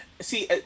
See